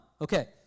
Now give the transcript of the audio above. Okay